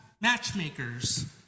matchmakers